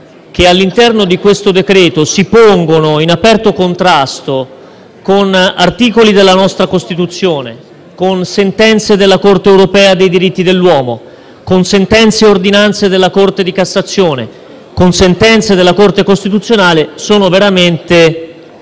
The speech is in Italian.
che all'interno di questo decreto-legge si pongono in aperto contrasto con articoli della nostra Costituzione, con sentenze della Corte europea dei diritti dell'uomo, con sentenze e ordinanze della Corte di cassazione e con sentenze della Corte costituzionale sono veramente